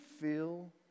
feel